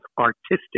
artistic